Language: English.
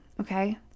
okay